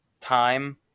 time